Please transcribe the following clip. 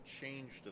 changed